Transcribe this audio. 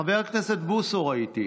את חבר הכנסת בוסו ראיתי.